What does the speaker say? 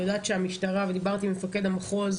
אני יודעת שהמשטרה ודיברתי עם מפקד המחוז